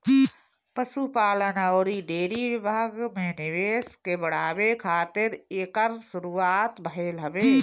पशुपालन अउरी डेयरी विभाग में निवेश के बढ़ावे खातिर एकर शुरुआत भइल हवे